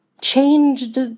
changed